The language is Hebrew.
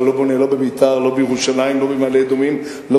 אבל